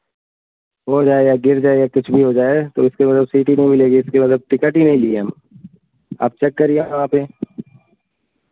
खो जाएगा गिर जाएगा कुछ भी हो जाएगा तो उसके मतलब सीट ही नहीं मिलेगी इसकी मतलब टिकट ही नहीं लिए हम आप चेक करिए वहाँ पे